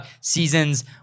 seasons